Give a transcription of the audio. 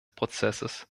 prozesses